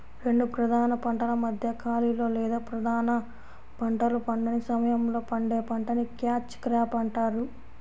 రెండు ప్రధాన పంటల మధ్య ఖాళీలో లేదా ప్రధాన పంటలు పండని సమయంలో పండే పంటని క్యాచ్ క్రాప్ అంటారు